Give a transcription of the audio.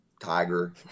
Tiger